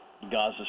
Gaza